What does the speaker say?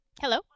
Hello